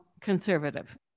conservative